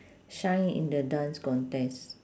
shine in the dance contest